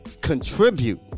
contribute